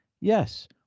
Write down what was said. Yes